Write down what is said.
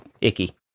icky